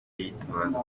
yitabaza